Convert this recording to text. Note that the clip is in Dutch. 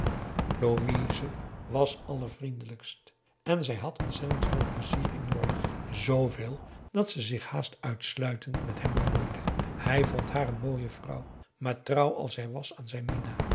louise was allervriendelijkst en zij had ontzettend veel pleizier in jorg zveel dat ze zich haast uitsluitend met hem bemoeide hij vond haar n mooie vrouw maar trouw als hij was aan zijn mina